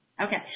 Okay